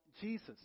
Jesus